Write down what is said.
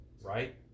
right